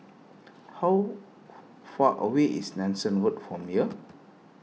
how far away is Nanson Road from here